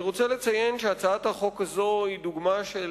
אני רוצה לציין שהצעת החוק הזאת היא דוגמה של